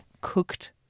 cooked